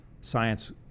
science